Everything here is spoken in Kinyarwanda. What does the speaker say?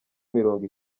mirongo